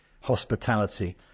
hospitality